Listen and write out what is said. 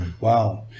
Wow